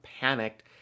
panicked